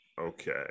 Okay